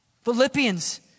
Philippians